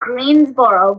greensboro